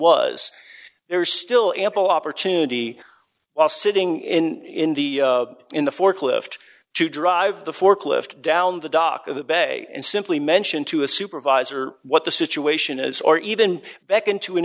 was there are still ample opportunity while sitting in the in the forklift to drive the forklift down the dock of the bay and simply mention to a supervisor what the situation is or even back into an